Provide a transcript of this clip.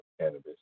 cannabis